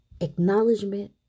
Acknowledgement